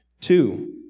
Two